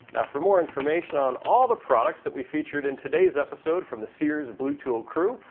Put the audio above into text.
for more information on all the products that we featured in today's episode from the sears blue tool crew,